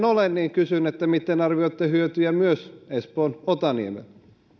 olen kysyn miten arvioitte hyötyjä myös espoon otaniemelle